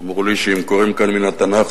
אמרו לי שאם קוראים כאן מן התנ"ך,